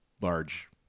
large